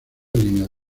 líneas